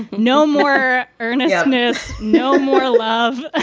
no more earnestness, no more love. ah